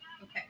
okay